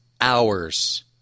hours